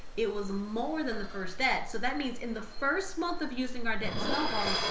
it was more than the first debt. so that means in the first month of using our debt snowball,